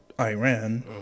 Iran